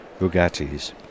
Bugattis